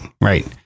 right